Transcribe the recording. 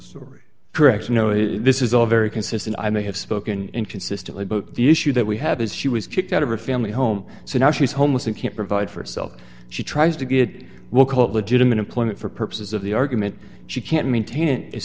story correct you know this is all very consistent i may have spoken inconsistently but the issue that we have is she was kicked out of her family home so now she's homeless and can't provide for herself she tries to get what's called legitimate employment for purposes of the argument she can't maintain it as